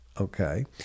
Okay